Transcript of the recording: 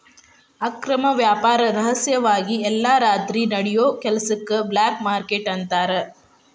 ಅಕ್ರಮ ವ್ಯಾಪಾರ ರಹಸ್ಯವಾಗಿ ಎಲ್ಲಾ ರಾತ್ರಿ ನಡಿಯೋ ಕೆಲಸಕ್ಕ ಬ್ಲ್ಯಾಕ್ ಮಾರ್ಕೇಟ್ ಅಂತಾರ